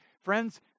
friends